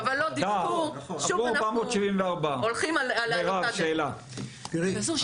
אמרו 474. מרב, שאלה, בבקשה.